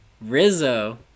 Rizzo